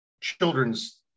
children's